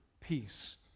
peace